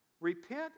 Repent